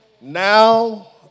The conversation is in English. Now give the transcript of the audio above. now